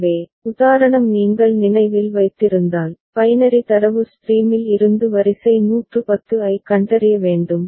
எனவே உதாரணம் நீங்கள் நினைவில் வைத்திருந்தால் பைனரி தரவு ஸ்ட்ரீமில் இருந்து வரிசை 110 ஐக் கண்டறிய வேண்டும்